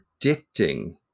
predicting